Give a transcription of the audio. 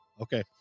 okay